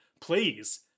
Please